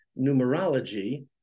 numerology